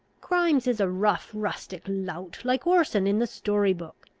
grimes is a rough rustic lout, like orson in the story-book.